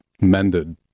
mended